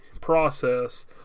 process